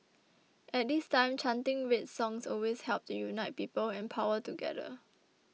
at this time chanting red songs always helped unite people and power together